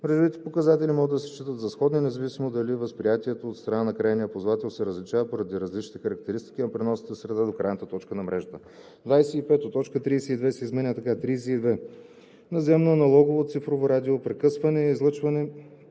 Мрежовите показатели могат да се считат за сходни, независимо дали възприятието от страна на крайния ползвател се различава поради различните характеристики на преносната среда до крайната точка на мрежата.“ 25. Точка 32 се изменя така: „32. „Наземно аналогово/цифрово радиоразпръскване“ е излъчване